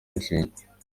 inshinge